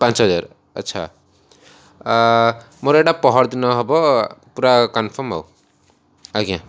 ପାଞ୍ଚ ହଜାର ଆଚ୍ଛା ମୋର ଏଇଟା ପହରଦିନ ହେବ ପୁରା କନ୍ଫର୍ମ ଆଉ ଆଜ୍ଞା